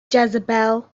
jezebel